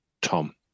Tom